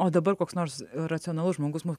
o dabar koks nors racionalus žmogus mus